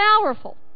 Powerful